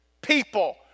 people